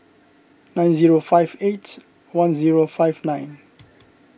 nine zero five eight one zero five nine